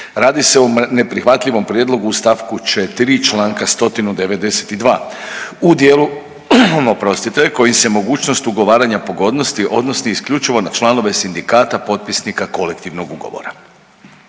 Radi se o neprihvatljivom prijedlogu u stavku 4. Članka 192. u dijelu, oprostite, koji se mogućnost ugovaranja pogodnosti odnosi isključivo na članove sindikata potpisnika kolektivnog ugovora.